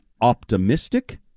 optimistic